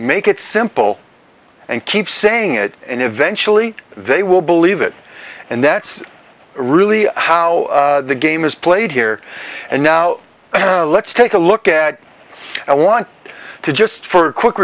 make it simple and keep saying it and eventually they will believe it and that's really how the game is played here and now let's take a look at i want to just for a quick